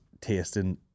tasting